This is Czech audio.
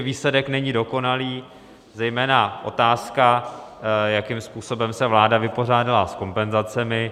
Výsledek určitě není dokonalý, zejména otázka, jakým způsobem se vláda vypořádala s kompenzacemi.